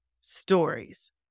stories